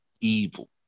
evil